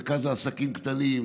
במרכז לעסקים קטנים,